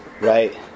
Right